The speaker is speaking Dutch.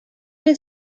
het